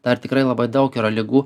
dar tikrai labai daug yra ligų